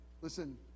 Listen